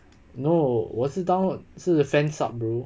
no 我是 download 是 fan subbed bro